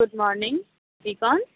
good morning ji کون